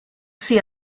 see